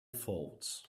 faults